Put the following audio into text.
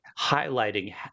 highlighting